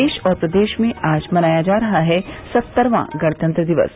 देश और प्रदेश में आज मनाया जा रहा है सत्तरवां गणतंत्र दिवस